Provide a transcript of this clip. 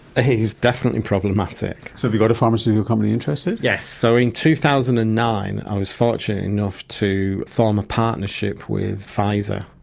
definitely problematic. so have you got a pharmaceutical company interested? yes. so in two thousand and nine i was fortunate enough to form a partnership with pfizer,